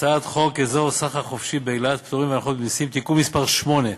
הצעת חוק אזור סחר חופשי באילת (פטורים והנחות ממסים) (תיקון מס' 8)